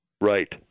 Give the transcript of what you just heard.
Right